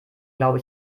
glaube